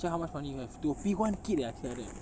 check how much money you have to P one kid eh I say like that